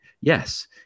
yes